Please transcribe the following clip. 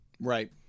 Right